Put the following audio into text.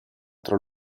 tra